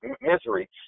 misery